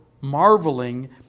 marveling